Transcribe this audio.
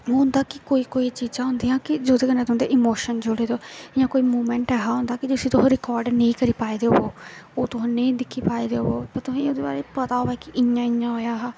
इ'यां होंदा कि कोई कोई चीजां होंदियां कि जोह्दे कन्नै तुंदे इमोशन जुड़े दे होए जियां कोई मूवमेंट ऐसा होंदा कि जिसी तुस रकार्ड निं करी पाए दे होवो ओह् तुस नेईं दिक्खी पाए दे होवो ते तुहें एह्दे बारे पता होवै कि इ'यां इ'यां होएआ हा